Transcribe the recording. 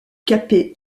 capé